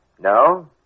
No